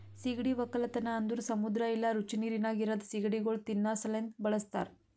ಸೀಗಡಿ ಒಕ್ಕಲತನ ಅಂದುರ್ ಸಮುದ್ರ ಇಲ್ಲಾ ರುಚಿ ನೀರಿನಾಗ್ ಇರದ್ ಸೀಗಡಿಗೊಳ್ ತಿನ್ನಾ ಸಲೆಂದ್ ಬಳಸ್ತಾರ್